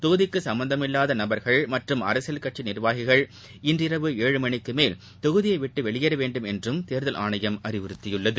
தொகுதிக்கு சும்பந்தமில்வாத நபர்கள் மற்றும் அரசியல் கட்சி நிர்வாகிகள் இன்று இரவு ஏழு மணிக்கு மேல் தொகுதியை விட்டு வெளியேற வேண்டும் என்றும் தேர்தல் ஆணையம் அறிவறுத்தியுள்ளது